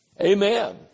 Amen